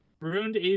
Ruined